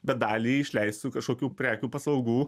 bet dalį išleisiu kažkokių prekių paslaugų